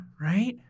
Right